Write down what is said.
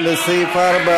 עאידה תומא סלימאן,